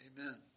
Amen